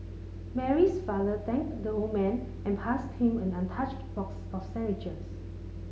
Mary's father thanked the old man and passed him an untouched box of sandwiches